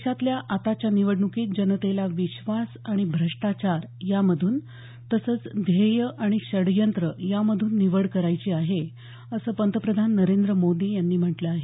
देशातल्या आताच्या निवडणुकीत जनतेला विश्वास आणि भ्रष्टाचार यामधून तसंच ध्येय आणि षडयंत्र यामधून निवड करायची आहे असं पंतप्रधान नरेंद्र मोदी यांनी म्हटलं आहे